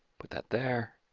put that there.